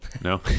no